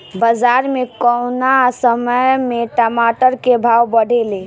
बाजार मे कौना समय मे टमाटर के भाव बढ़ेले?